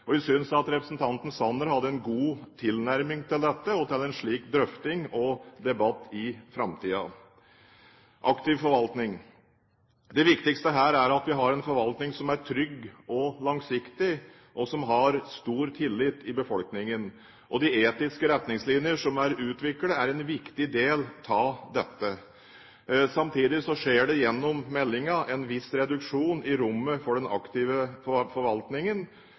at representanten Sanner hadde en god tilnærming til dette og til en slik drøfting og debatt i framtiden. Aktiv forvaltning: Det viktigste her er at vi har en forvaltning som er trygg og langsiktig, og som har stor tillit i befolkningen. De etiske retningslinjene som er utviklet, er en viktig del av dette. Samtidig skjer det en viss reduksjon i rommet for den aktive forvaltningen gjennom meldingen. Det vi også sier i meldingen, og som er viktig for